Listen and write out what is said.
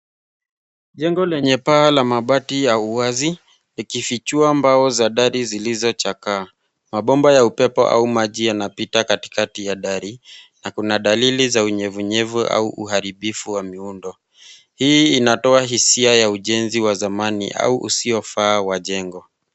Jengo lenye paa la mabati ya uwazi likifichua mbao za dari zilizochakaa. Mabomba ya upepo au maji yanapita katikati ya dari na kuna dalili za unyevunyevu au uharibifu wa miundo. Hii inatoa hisia ya ujenzi wa zamani au usio faa wa jengo.